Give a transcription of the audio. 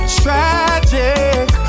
tragic